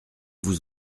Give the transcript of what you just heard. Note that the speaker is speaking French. vous